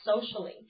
socially